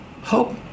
hope